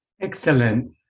Excellent